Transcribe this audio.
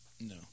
No